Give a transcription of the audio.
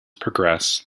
progress